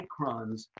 microns